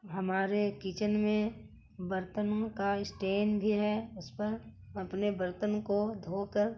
ہمارے کچن میں برتنوں کا اسٹین بھی ہے اس پر اپنے برتن کو دھو کر